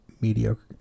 mediocre